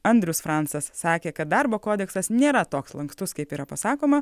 andrius francas sakė kad darbo kodeksas nėra toks lankstus kaip yra pasakoma